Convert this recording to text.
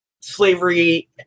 slavery